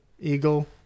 eagle